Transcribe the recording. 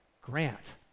Grant